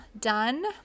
done